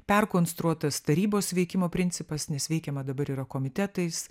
perkonstruotas tarybos veikimo principas nes veikiama dabar yra komitetais